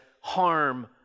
harm